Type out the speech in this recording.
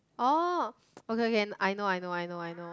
oh okay okay I know I know I know I know